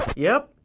yep,